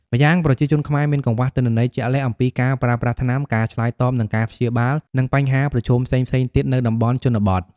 ម្យ៉ាងប្រជាជនខ្មែរមានកង្វះទិន្នន័យជាក់លាក់អំពីការប្រើប្រាស់ថ្នាំ ការឆ្លើយតបនឹងការព្យាបាល និងបញ្ហាប្រឈមផ្សេងៗទៀតនៅតំបន់ជនបទ ។